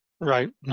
Right